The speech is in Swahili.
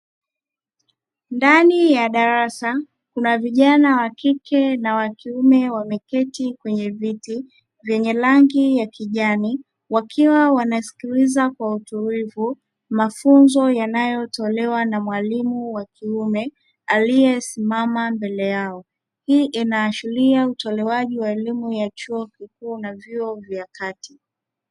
Ndani ya darasa kuna vijana wakike na wakiume wameketi kwenye viti venye rangi ya kijani wakiwa wanasikiliza kwa utulivu mafunzo yanayotolewa na mwalimu wa kiume aliyesimama mbele yao, hii inaashiria utolewaji wa elimu ya chuo kikuu na vyuo vya kati.